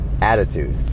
Attitude